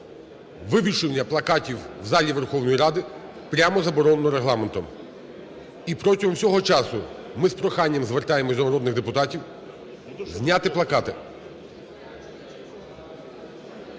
Вивішування плакатів в залі Верховної Ради прямо заборонено Регламентом. І протягом всього часу ми з проханням звертаємось до народних депутатів зняти плакати.